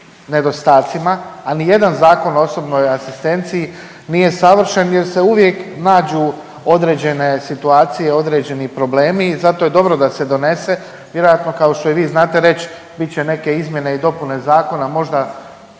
a nijedan Zakon o osobnoj asistenciji nije savršen jer se uvijek nađu određene situacije i određeni problemi i zato je dobro da se donese, vjerojatno kao što i vi znate reć bit će neke izmjene i dopune zakona možda